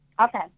Okay